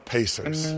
Pacers